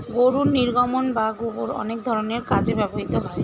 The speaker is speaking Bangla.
গরুর নির্গমন বা গোবর অনেক ধরনের কাজে ব্যবহৃত হয়